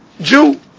Jew